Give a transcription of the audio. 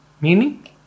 Meaning